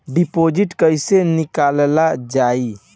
Deposit कैसे निकालल जाइ?